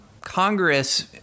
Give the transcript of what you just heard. Congress